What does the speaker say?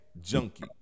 junkie